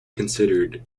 considered